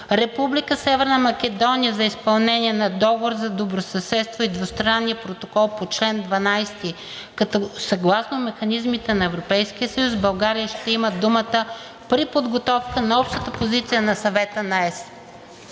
Република Северна Македония за изпълнение на Договор за добросъседство и двустранния протокол по чл. 12, като съгласно механизмите на Европейския съюз България ще има думата при подготовка на общата позиция на Съвета на ЕС.